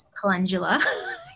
calendula